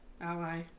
ally